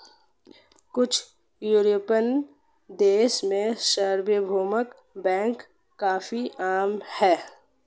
कुछ युरोपियन देशों में सार्वभौमिक बैंक काफी आम हैं